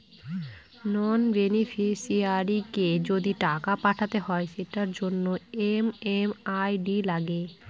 নন বেনিফিশিয়ারিকে যদি টাকা পাঠাতে হয় সেটার জন্য এম.এম.আই.ডি লাগে